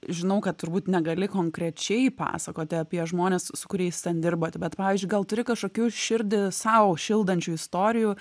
žinau kad turbūt negali konkrečiai pasakoti apie žmones su kuriais ten dirbot bet pavyzdžiui gal turi kažkokių širdį sau šildančių istorijų